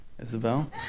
Isabel